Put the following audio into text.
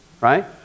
right